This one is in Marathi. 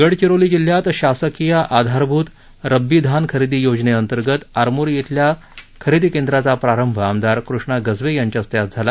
गडचिरोली जिल्ह्यात शासकीय आधारभूत रब्बी धान खरेदी योजनेंतर्गत आरमोरी ब्रिल्या खरेदी केंद्राचा प्रारंभ आमदार कृष्णा गजबे यांच्या हस्ते आज झाला